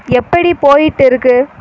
எப்படி போய்கிட்டு இருக்குது